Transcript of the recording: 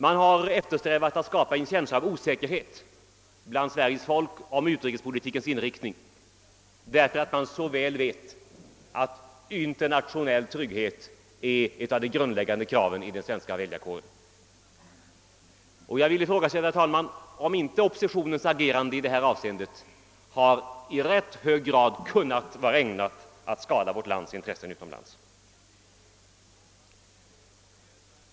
Man har eftersträvat att skapa en känsla av osäkerhet bland Sveriges folk om utrikespolitikens inriktning, därför att man så väl vet att utrikespolitisk trygghet är ett grundläggande krav hos den svenska väljarkåren. Jag vill ifrågasätta, herr talman, om inte oppositionens agerande i detta avseende i rätt hög grad kunnat vara ägnat att skada vårt lands intressen utomlands.